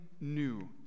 new